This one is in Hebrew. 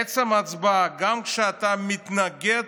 בעצם ההצבעה, גם כשאתה מתנגד,